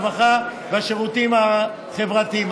הרווחה והשירותים החברתיים.